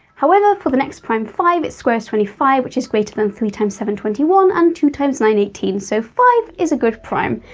however, for the next prime, five, its square is twenty five, which is greater than three times seven twenty one, and two times nine eighteen. so five is a good prime.